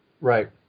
Right